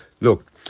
Look